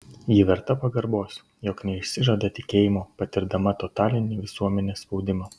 ji verta pagarbos jog neišsižada tikėjimo patirdama totalinį visuomenės spaudimą